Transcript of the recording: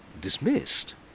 Dismissed